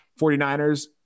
49ers